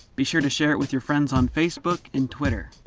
be sure to share it with your friends on facebook and twitter.